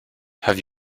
have